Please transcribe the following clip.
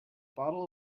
bottle